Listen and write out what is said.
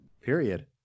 Period